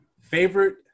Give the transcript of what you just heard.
favorite